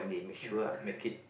ya correct